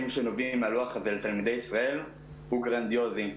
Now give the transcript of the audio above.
שנובעים מהלוח הזה לתלמידי ישראל הוא גרנדיוזי.